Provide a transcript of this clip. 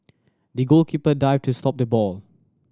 the goalkeeper dived to stop the ball